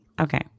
Okay